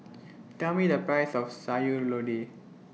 Tell Me The Price of Sayur Lodeh